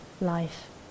life